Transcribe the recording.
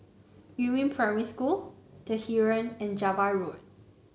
Yumin Primary School The Heeren and Java Road